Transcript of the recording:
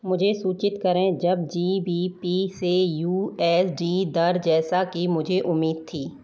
मुझे सूचित करें जब जी बी पी से यू एस डी दर जैसा कि मुझे उम्मीद थी